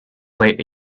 late